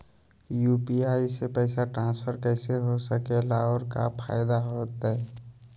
UPI से पैसा transfer कैसे हो सके ला और का फायदा होएत?